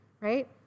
right